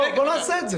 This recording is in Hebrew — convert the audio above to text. בוא נעשה את זה.